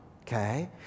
okay